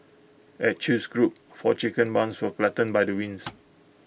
at chew's group four chicken barns were flattened by the winds